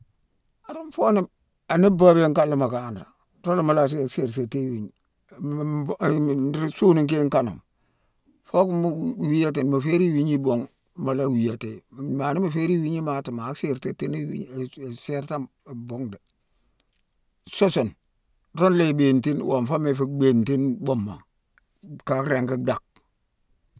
A ruune fo ni, ani baabiyone kana mu kanré, ruuna mu la sé- sé- sértatine i wiigna. Mbe- é- m- ruu soni kééne kaname fock mu wiyati mu férine i wigne i buughe, mu la wiyati yi. Maa ni mu férine iwigne imati, ma sértatine-iwigne- e- e- sértame bhuughe dé. Sun-sune, ruuna i bintine wonfoma i fu bhintine buuma. Ka ringi dhack.